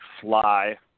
fly